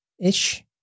ish